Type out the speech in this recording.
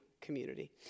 community